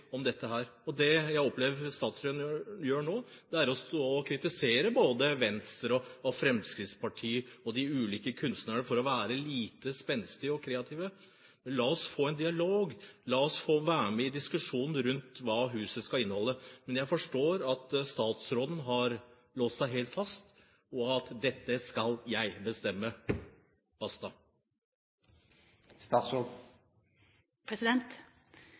om dette. Det jeg opplever at statsråden gjør nå, er å kritisere både Venstre og Fremskrittspartiet og de ulike kunstnerne for å være lite spenstige og kreative. Men la oss få en dialog, la oss få være med i diskusjonen rundt hva huset skal inneholde. Men jeg forstår at statsråden har låst seg helt fast – dette skal jeg bestemme,